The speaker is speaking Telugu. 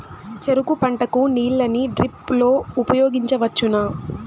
చెరుకు పంట కు నీళ్ళని డ్రిప్ లో ఉపయోగించువచ్చునా?